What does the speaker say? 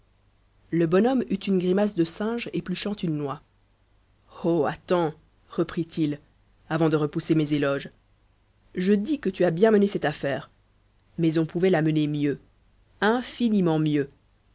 le bonhomme eut une grimace de singe épluchant une noix oh attends reprit-il avant de repousser mes éloges je dis que tu as bien mené cette affaire mais on pouvait la mener mieux infiniment mieux